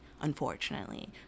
unfortunately